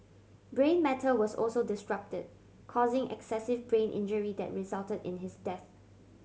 brain matter was also disrupted causing excessive brain injury that resulted in his death